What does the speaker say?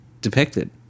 depicted